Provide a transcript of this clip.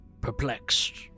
perplexed